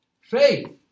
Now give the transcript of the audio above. Faith